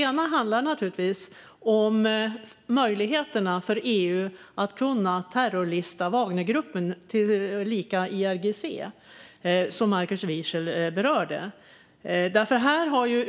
En handlar naturligtvis om möjligheterna för EU att terrorlista Wagnergruppen och IRGC, som Markus Wiechel berörde.